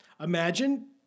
Imagine